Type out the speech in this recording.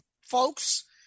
folks